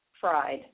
fried